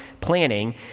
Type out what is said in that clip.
planning